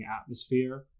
atmosphere